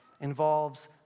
involves